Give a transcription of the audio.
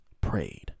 prayed